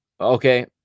okay